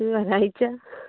ഒരാഴ്ച്ച